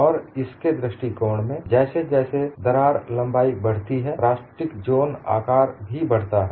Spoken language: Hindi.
और इसके दृष्टिकोण में जैसे जैसे दरार लंबाई बढ़ती है प्लास्टिक जोन आकार भी बढ़ता है